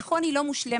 נכון שהיא לא מושלמת,